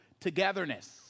togetherness